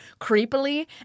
creepily